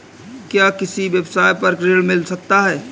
क्या किसी व्यवसाय पर ऋण मिल सकता है?